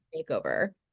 makeover